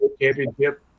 Championship